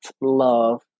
love